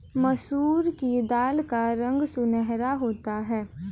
मसूर की दाल का रंग सुनहरा होता है